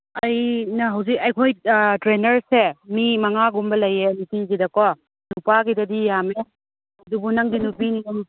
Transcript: ꯑꯩꯅ ꯍꯧꯖꯤꯛ ꯑꯩꯈꯣꯏ ꯇ꯭ꯔꯦꯅꯔꯁꯦ ꯃꯤ ꯃꯉꯥꯒꯨꯝꯕ ꯂꯩꯌꯦ ꯅꯨꯄꯤꯒꯤꯗꯀꯣ ꯅꯨꯄꯥꯒꯤꯗꯗꯤ ꯌꯥꯝꯃꯦ ꯑꯗꯨꯕꯨ ꯅꯪꯗꯤ ꯅꯨꯄꯤꯅꯤꯅ